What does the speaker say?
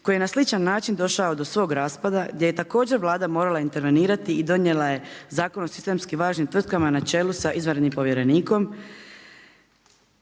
koji je na sličan način došao do svog raspada, gdje je također Vlada morala intervenirati i donijela je Zakon o sistemskim važnim tvrtkama na čelu sa izvanrednim povjerenikom,